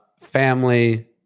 family